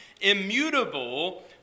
Immutable